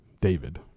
David